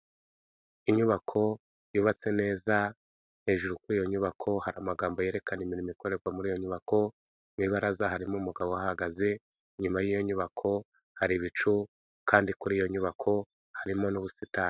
Inyubako yubatse neza, hejuru kuri iyo nyubako hari amagambo yerekana imirimo ikorerwa muri iyo nyubako, mu ibaraza harimo umugabo uhahagaze, inyuma y'iyo nyubako hari ibicu, kandi kuri iyo nyubako harimo n'ubusitani.